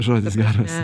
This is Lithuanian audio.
žodis geras